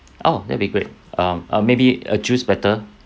oh that'll be great um uh maybe uh juice better